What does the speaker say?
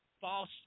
false